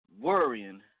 worrying